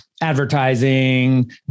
advertising